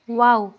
wow